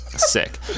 sick